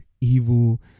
evil